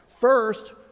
first